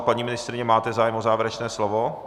Paní ministryně, máte zájem o závěrečné slovo?